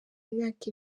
myaka